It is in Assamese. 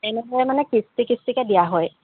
এনেদৰে মানে কিস্তি কিস্তিকৈ দিয়া হয়